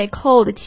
cold